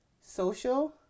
social